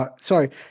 Sorry